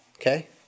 Okay